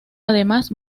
además